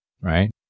Right